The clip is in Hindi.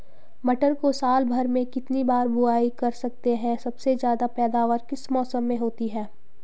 मटर को साल भर में कितनी बार बुआई कर सकते हैं सबसे ज़्यादा पैदावार किस मौसम में होती है?